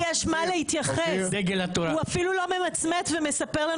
לימור סון הר מלך (עוצמה יהודית):